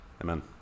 Amen